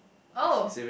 oh